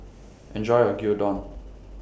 Enjoy your Gyudon